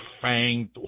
fanged